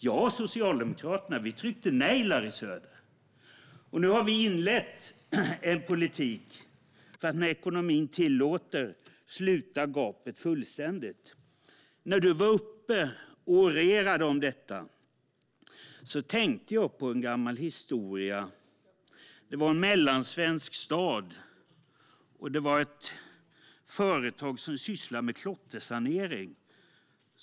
Jag och Socialdemokraterna tryckte nej, Larry Söder. Nu har vi inlett en politik för att när ekonomin tillåter sluta gapet fullständigt. När du var uppe och orerade om detta, Larry Söder, tänkte jag på en gammal historia. I en mellansvensk stad var det ett företag som sysslade med klottersanering.